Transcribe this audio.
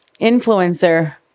Influencer